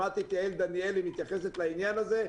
שמעתי את יעל דניאלי מתייחסת לעניין הזה,